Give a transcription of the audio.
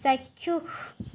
চাক্ষুষ